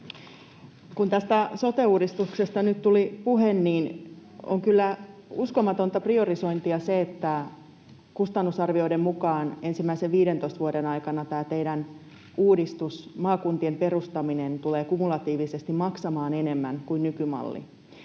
Kun tästä sote-uudistuksesta nyt tuli puhe, niin on kyllä uskomatonta priorisointia se, että kustannusarvioiden mukaan ensimmäisen 15 vuoden aikana tämä teidän uudistuksenne, maakuntien perustaminen, tulee kumulatiivisesti maksamaan enemmän kuin nykymalli,